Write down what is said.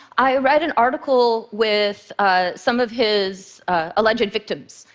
i read an article with some of his alleged victims.